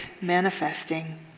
manifesting